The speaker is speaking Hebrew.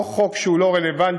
לא חוק שהוא לא רלוונטי,